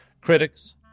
Critics